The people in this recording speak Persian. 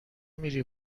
میری